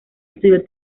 estudió